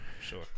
Sure